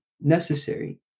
necessary